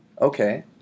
Okay